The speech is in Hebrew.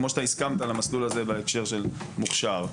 כמו שאתה הסכמת למסלול הזה בהקשר של מוכש"ר,